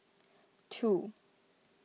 two